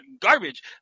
garbage